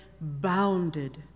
bounded